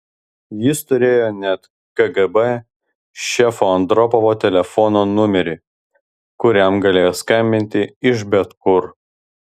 jis turėjo net kgb šefo andropovo telefono numerį kuriam galėjo skambinti iš bet kur